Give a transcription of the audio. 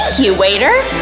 you, waiter!